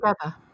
together